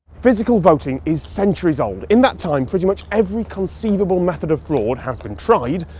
physical voting is centuries old. in that time, pretty much every conceivable method of fraud has been tried,